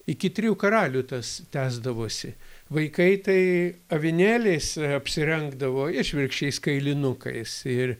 iki trijų karalių tas tęsdavosi vaikai tai avinėliais apsirengdavo išvirkščiais kailinukais ir